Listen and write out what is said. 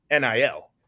NIL